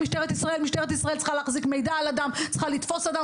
משטרת ישראל צריכה להחזיק מידע על אדם ולתפוס אותו.